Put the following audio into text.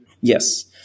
Yes